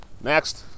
Next